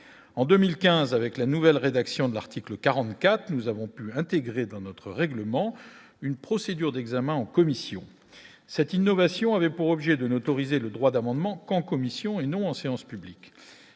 en 2015 avec la nouvelle rédaction de l'article 44 nous avons pu intégrer dans notre règlement une procédure d'examen en commission, cette innovation avait pour objet de n'autoriser le droit d'amendement en commission et non en séance publique,